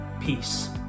peace